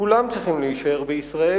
כולם צריכים להישאר בישראל.